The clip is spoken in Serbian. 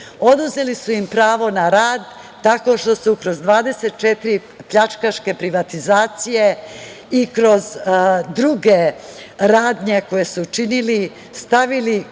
pravdu. Oduzeli su im pravo na rad tako što su kroz 24 pljačkaške privatizacije i kroz druge radnje koje su činili, stavili katance